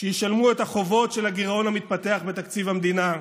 שישלמו את החובות של הגירעון המתפתח בתקציב המדינה,